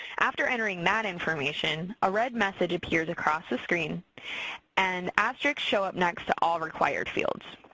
after entering that information, a red message appears across the screen and asterisks show up next to all required fields.